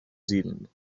zealand